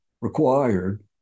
required